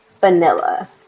Vanilla